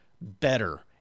better